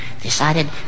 decided